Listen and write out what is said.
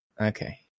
Okay